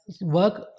work